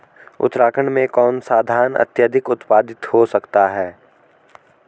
उत्तराखंड में कौन सा धान अत्याधिक उत्पादित हो सकता है?